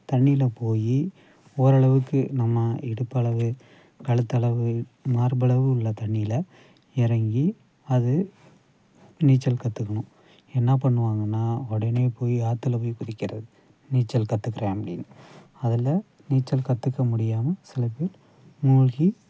தண்ணியில் போய் ஓரளவுக்கு நம்ம இடுப்பளவு கழுத்தளவு மார்பளவு உள்ள தண்ணியில் இறங்கி அது நீச்சல் கற்றுக்கணும் என்னப் பண்ணுவாங்கன்னால் உடனே போய் ஆற்றுல போய் குதிக்கிறது நீச்சல் கற்றுக்கறேன் அப்அடின்னு அதில் நீச்சல் கற்றுக்க முடியாமல் சில பேர் மூழ்கி